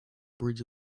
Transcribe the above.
bridge